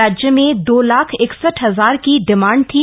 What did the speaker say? राज्य में दो लाख इकसठ हजार के की डिमांड थी